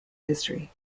history